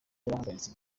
yarahagaritse